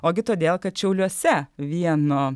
ogi todėl kad šiauliuose vieno